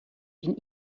bin